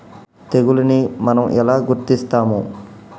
తెగులుని మనం ఎలా గుర్తిస్తాము?